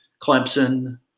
Clemson